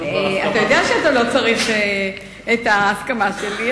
אתה יודע שאתה לא צריך את ההסכמה שלי,